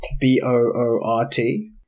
B-O-O-R-T